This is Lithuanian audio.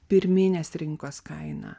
pirminės rinkos kainą